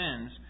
sins